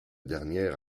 dernière